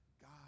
God